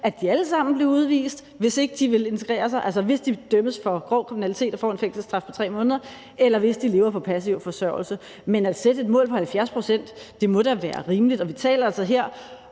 at de alle sammen blev udvist, hvis ikke de vil integrere sig, eller hvis de dømmes for grov kriminalitet og får en fængselsstraf på 3 måneder, eller hvis de lever på passiv forsørgelse. Men at sætte et mål på 70 pct. må da være rimeligt. Og vi taler altså her